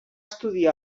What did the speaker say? estudiar